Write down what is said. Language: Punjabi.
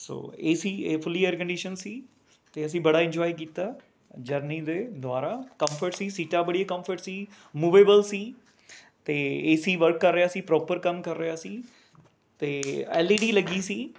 ਸੋ ਏ ਸੀ ਏ ਫੁਲੀ ਏਅਰ ਕੰਡੀਸ਼ਨਡ ਸੀ ਅਤੇ ਅਸੀਂ ਬੜਾ ਇੰਜੋਏ ਕੀਤਾ ਜਰਨੀ ਦੇ ਦੁਆਰਾ ਕੰਮਫਰਟ ਸੀ ਸੀਟਾਂ ਬੜੀਆਂ ਕੰਮਫਰਟ ਸੀ ਮੂਬੈਵਲ ਸੀ ਅਤੇ ਏ ਸੀ ਵਰਕ ਕਰ ਰਿਹਾ ਸੀ ਪਰੋਪਰ ਕੰਮ ਕਰ ਰਿਹਾ ਸੀ ਅਤੇ ਐਲ ਈ ਡੀ ਲੱਗੀ ਸੀਗੀ